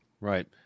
Right